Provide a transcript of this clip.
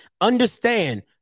Understand